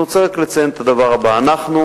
אני רוצה לציין את הדבר הבא: אנחנו